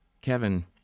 Kevin